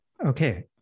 Okay